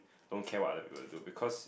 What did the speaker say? don't care what other people will do because